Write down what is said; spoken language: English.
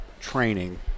training